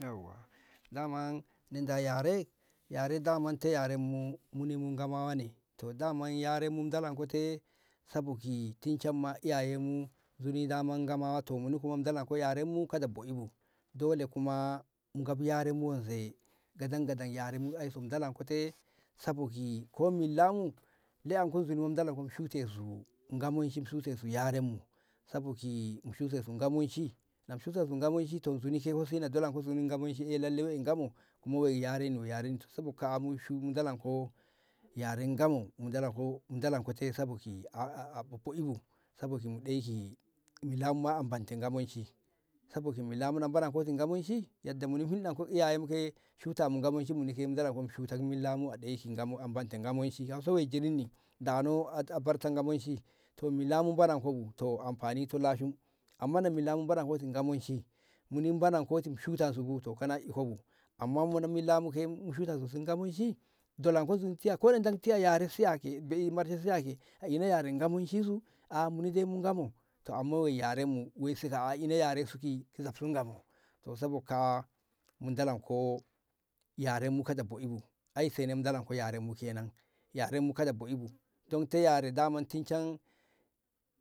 yauwa daman nida yare yare daman ta yaren mu mu ne ngamawa ne to daman yare mu galan ko te sa bok ki tin chamma iyaye mu zuni ngama to mu galan ko yaren mu kada bo i bu dole kuma mu gab yare mu wan se gadan gadan yare mu som galan ko te sabon ki ko milla mu le anko zuni wom chute su bu Ngamon cin chusen su yaren mu saki mu shushen su ngaman shi mu shushen sungaman shi zuni fa ke se na dalan ko zuni eh ngaman chi eh we Ngamo ke we yaren no sa bok ka mu shi mu an dalan ko yaren Ngamo mu dalan ko te san ki a a offi bu sa bok mu ɗei ki millan ma a mente ke ngaman ci sabo ki milla mu a menten ki ngaman ci yadda muni ke hin ɗan ko ka iyaye mu ke shuta mu ke shuta mu ngaman chi mu ken chutan millamu a men te ngaman chi inin ni dano mene ti ngaman chi to milla mu banan ko bu to amfani to lashim amma ne milla mu benen te ngaman ci mu nan bonen ko ti chu tan su bu kanan iko bu amma mu nan milla mu ke gi ta shi ngaman ci dolan ku tiya a ina yaren ngaman ci su a munima Ngamo to amma we yare mu a ina yaren su ka zab su Ngamo sabok ka yaren mu ka da bo i bu se na dalan ko yaren mu kenan yare mu kada bo i bu ta yare da tin chan